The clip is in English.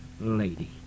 lady